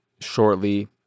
shortly